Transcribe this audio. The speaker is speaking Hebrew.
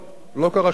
לא קרה שום דבר.